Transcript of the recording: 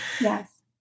Yes